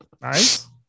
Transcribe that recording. Nice